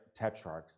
Tetrarchs